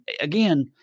again